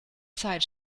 zeit